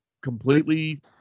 completely –